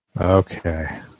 Okay